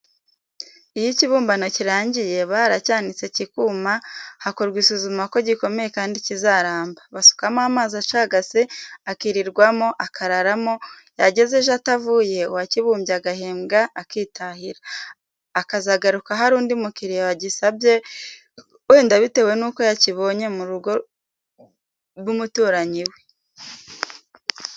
Iyo ikibumbano kirangiye, baracyanitse kikuma, hakorwa isuzuma ko gikomeye kandi kizaramba; basukamo amazi acagase, akirirwamo, akararamo, yageza ejo atavuye, uwakibumbye agahembwa akitahira; akazagaruka hari undi mukiriya wagisabye wenda bitewe n'uko yakibonye mu rugo rw'umuturanyi we